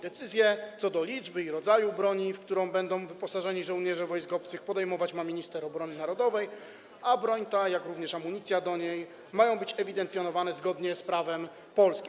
Decyzję co do liczby i rodzaju broni, w którą będą wyposażeni żołnierze wojsk obcych, podejmować ma minister obrony narodowej, a broń ta, jak również amunicja do niej mają być ewidencjonowane zgodnie z prawem polskim.